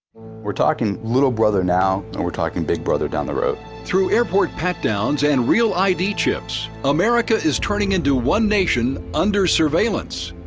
we're talking little brother now, and we're talking big brother down the road. through airport pat-downs and real id chips, america is turning into one nation under surveillance.